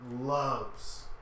loves